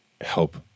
help